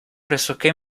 pressoché